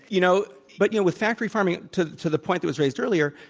you know but you know, with factory farming, to to the point that was raised earlier,